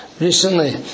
recently